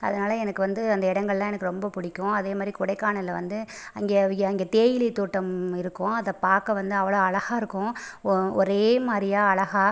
அதனால் எனக்கு வந்து அந்த இடங்கள்லா எனக்கு ரொம்ப பிடிக்கும் அதேமாதிரி கொடைக்கானலில் வந்து அங்கே ஏ அங்கே தேயிலை தோட்டம் இருக்கும் அதை பார்க்க வந்து அவ்வளோ அழகா இருக்கும் ஒ ஒரே மாதிரியா அழகா